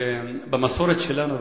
במסורת שלנו,